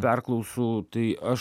perklausų tai aš